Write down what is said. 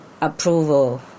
approval